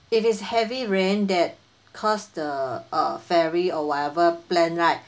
if it's heavy rain that cause the uh ferry or whatever plan right